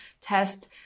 test